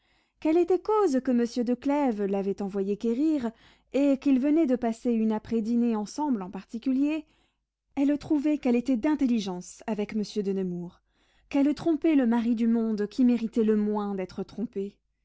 qu'elle était cause que monsieur de clèves l'avait envoyé quérir et qu'ils venaient de passer une après dînée ensemble en particulier elle trouvait qu'elle était d'intelligence avec monsieur de nemours qu'elle trompait le mari du monde qui méritait le moins d'être trompé